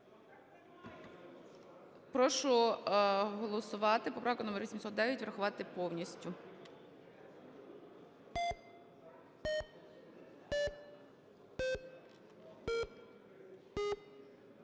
Прошу голосувати. Поправка номер 875 - врахувати повністю.